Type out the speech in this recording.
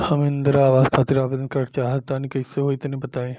हम इंद्रा आवास खातिर आवेदन करल चाह तनि कइसे होई तनि बताई?